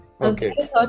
okay